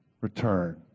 return